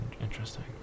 interesting